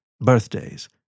birthdays